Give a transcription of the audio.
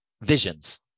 visions